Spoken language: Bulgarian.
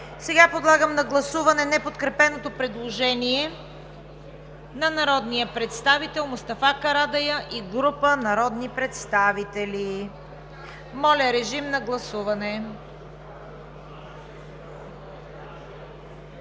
Сега подлагам на гласуване неподкрепеното предложение на народния представител Мустафа Карадайъ и група народни представители. Гласували